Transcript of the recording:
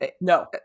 No